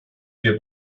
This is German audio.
wir